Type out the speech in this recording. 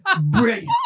Brilliant